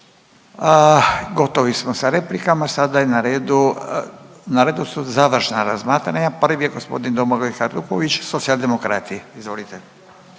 Gotovi smo sa replikama. Sada je na redu, na redu su završna razmatranja. Prvi je g. Domagoj Hajduković, Socijaldemokrati. Izvolite.